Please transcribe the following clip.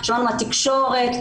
'שמענו מהתקשורת',